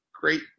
great